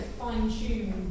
fine-tune